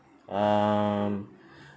um